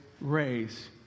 race